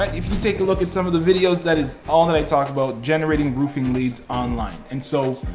ah if you take a look at some of the videos, that is all that i talk about, generating roofing leads online. and so,